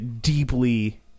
deeply